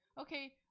okay